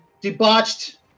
debauched